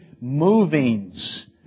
movings